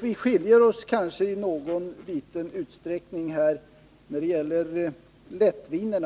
Vi skiljer oss kanske åt i någon liten utsträckning när det gäller lättvinerna.